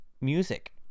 music